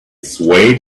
swayed